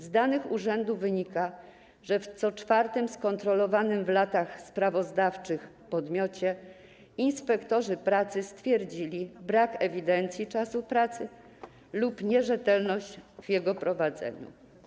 Z danych urzędu wynika, że w co czwartym podmiocie skontrolowanym w latach sprawozdawczych inspektorzy pracy stwierdzili brak ewidencji czasu pracy lub nierzetelność w jej prowadzeniu.